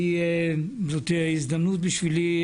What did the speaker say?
זו ההזדמנות בשבילי,